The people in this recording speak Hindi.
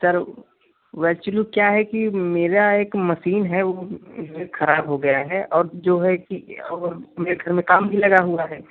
सर वह एक्चुअली क्या है कि मेरा एक मसीन है वह ख़राब हो गया है और जो है कि और मेरे घर में काम भी लगा हुआ है